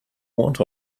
want